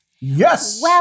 Yes